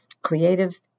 creative